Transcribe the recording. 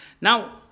Now